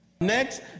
Next